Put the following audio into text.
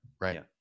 Right